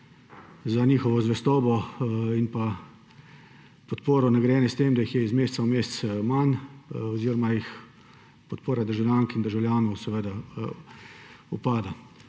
za svojo zvestobo in podporo nagrajene s tem, da jih je iz meseca v mesec manj oziroma jim podpora državljank in državljanov upada